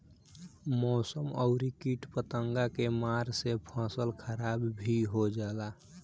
मौसम अउरी किट पतंगा के मार से फसल खराब भी हो जाला